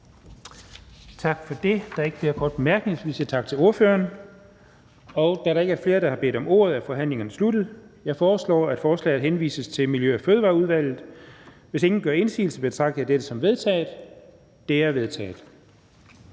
Tak for det. Der er ikke flere korte bemærkninger, så vi siger tak til ordføreren. Da der ikke er flere, der har bedt om ordet, er forhandlingen sluttet. Jeg foreslår, at forslaget til folketingsbeslutning henvises til Miljø- og Fødevareudvalget. Hvis ingen gør indsigelse, betragter jeg dette som vedtaget. Det er vedtaget.